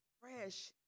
Fresh